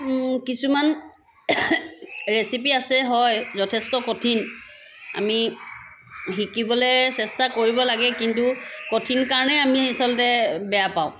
কিছুমান ৰেচিপি আছে হয় যথেষ্ট কঠিন আমি শিকিবলৈ চেষ্টা কৰিব লাগে কিন্তু কঠিন কাৰণে আমি আচলতে বেয়া পাওঁ